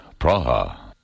Praha